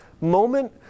moment